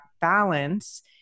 balance